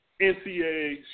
NCAA